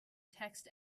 text